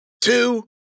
two